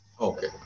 okay